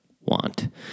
want